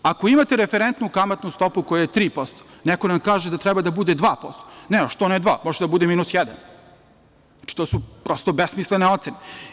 Ako imate referentnu kamatnu stopu koja je 3%, neko nam kaže da treba da bude 2%, ne, a što ne 2%, može da bude -1%, to su prosto besmislene ocene.